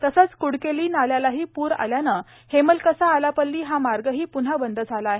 तसेच क्डकेली नाल्यालाही पूर आल्याने हेमलकसा आलापल्ली हा मार्गही प्न्हा बंद झाला आहे